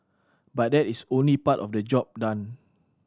but that is only part of the job done